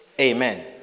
Amen